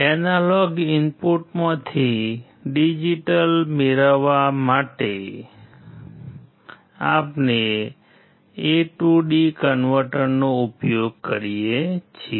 analogue ઇનપુટમાંથી digital output મેળવવા માટે આપણે એ ટુ ડી કન્વર્ટરનો ઉપયોગ કરીએ છીએ